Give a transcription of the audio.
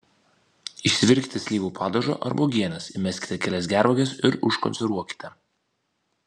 išsivirkite slyvų padažo arba uogienės įmeskite kelias gervuoges ir užkonservuokite